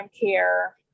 care